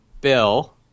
Bill